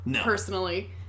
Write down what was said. Personally